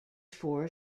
four